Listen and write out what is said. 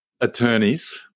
attorneys